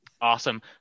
Awesome